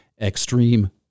extreme